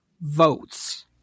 votes